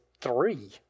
three